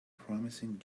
promising